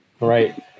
right